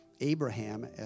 Abraham